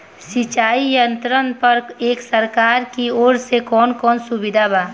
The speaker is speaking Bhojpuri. सिंचाई यंत्रन पर एक सरकार की ओर से कवन कवन सुविधा बा?